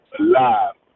alive